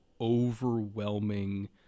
overwhelming